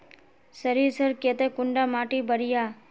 सरीसर केते कुंडा माटी बढ़िया?